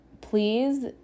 please